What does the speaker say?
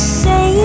say